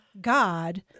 God